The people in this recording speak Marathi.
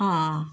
हा